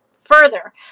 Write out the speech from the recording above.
further